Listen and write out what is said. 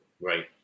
Right